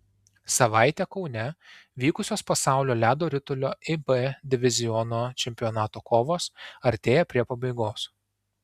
savaitę kaune vykusios pasaulio ledo ritulio ib diviziono čempionato kovos artėja prie pabaigos